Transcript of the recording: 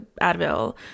advil